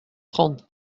trente